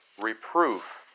reproof